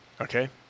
Okay